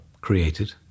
created